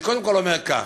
אני קודם כול אומר כך: